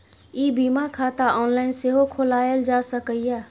ई बीमा खाता ऑनलाइन सेहो खोलाएल जा सकैए